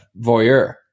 voyeur